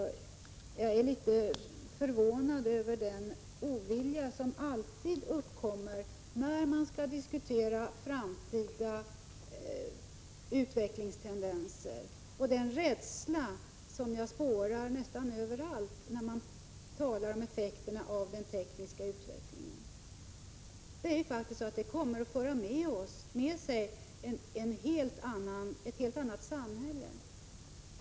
Jag är litet förvånad över den ovilja som alltid visas vid diskussion om framtida utvecklingstendenser och den rädsla som man kan spåra nästan överallt när det talas om effekterna av den tekniska utvecklingen. Utvecklingen kommer faktiskt att skapa ett helt annat samhälle.